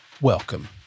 Welcome